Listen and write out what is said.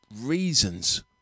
reasons